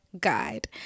guide